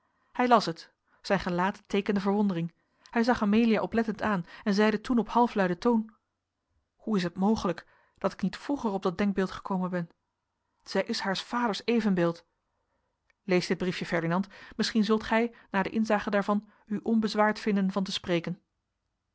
hij las het zijn gelaat teekende verwondering hij zag amelia oplettend aan en zeide toen op halfluiden toon hoe is het mogelijk dat ik niet vroeger op dat denkbeeld gekomen ben zij is haars vaders evenbeeld lees dit briefje ferdinand misschien zult gij na de inzage daarvan u onbezwaard vinden van te spreken